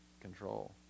control